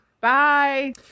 Bye